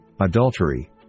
adultery